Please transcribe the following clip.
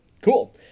Cool